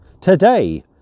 today